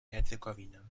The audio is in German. herzegowina